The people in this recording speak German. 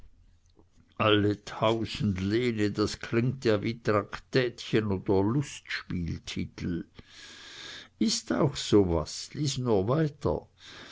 alle tausend lene das klingt ja wie traktätchen oder lustspieltitel ist auch so was lies nur weiter